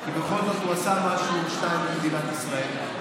כי בכל זאת הוא עשה דבר או שניים למדינת ישראל.